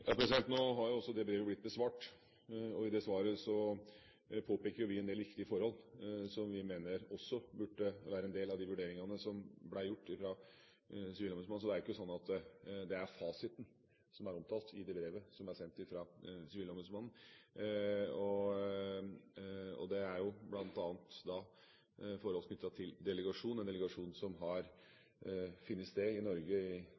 Nå har jo også det brevet blitt besvart, og i det svaret påpeker vi en del viktige forhold som vi mener også burde være en del av de vurderingene som ble gjort fra sivilombudsmannen. Så det er ikke slik at det er fasiten som er omtalt i det brevet som er sendt fra sivilombudsmannen. Det er bl.a. forhold knyttet til delegasjon – en delegasjon som har funnet sted i Norge i